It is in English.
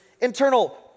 internal